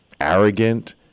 arrogant